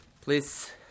Please